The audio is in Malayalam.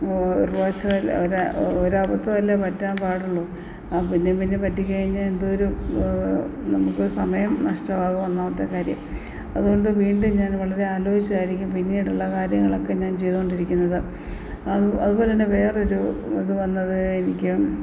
ഒരു പ്രാവശ്യമല്ലേ ഒരു ഒരു അബദ്ധമല്ലേ പറ്റാന് പാടുള്ളു അപ്പോള് പിന്നെയും പിന്നെയും പറ്റിക്കഴിഞ്ഞാല് എന്തോരു നമുക്ക് സമയം നഷ്ടമാകും ഒന്നാമത്തെ കാര്യം അതുകൊണ്ട് വീണ്ടും ഞാൻ വളരെ ആലോചിച്ചായിരിക്കും പിന്നീടുള്ള കാര്യങ്ങളൊക്കെ ഞാൻ ചെയ്തോണ്ടിരിക്കുന്നത് അതു അതുപോലെതന്നെ വേറൊരു ഇത് വന്നത് എനിക്ക്